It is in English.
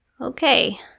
Okay